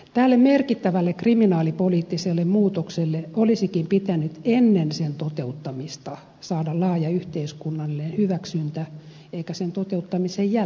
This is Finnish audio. tälle merkittävälle kriminaalipoliittiselle muutokselle olisikin pitänyt ennen sen toteuttamista saada laaja yhteiskunnallinen hyväksyntä eikä sen toteuttamisen jälkeen